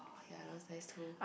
oh ya that one's nice too